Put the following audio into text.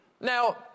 Now